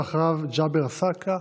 אחריו, ג'אבר עסאקלה.